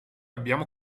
abbiamo